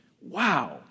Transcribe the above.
wow